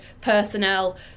personnel